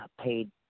paid